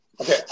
Okay